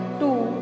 two